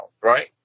right